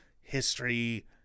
history